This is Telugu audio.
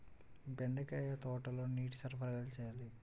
బెండకాయ తోటలో నీటి సరఫరా ఎలా చేయాలి?